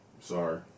sorry